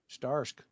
Starsk